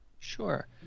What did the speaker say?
Sure